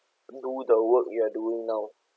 do the work you're doing now